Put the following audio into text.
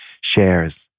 shares